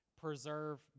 preserve